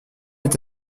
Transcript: est